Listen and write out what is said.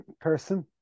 person